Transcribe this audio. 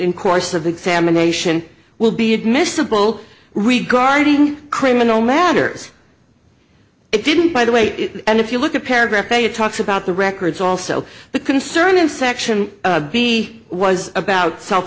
in course of examination will be admissible regarding criminal matters it didn't by the way and if you look at paragraph a it talks about the records also the concern in section b was about self